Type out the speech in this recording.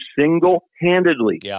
single-handedly